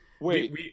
Wait